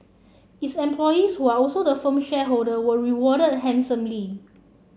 its employees who are also the firm shareholder were rewarded handsomely